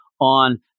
on